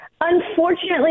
Unfortunately